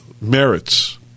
merits